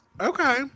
Okay